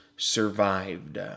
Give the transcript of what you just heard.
survived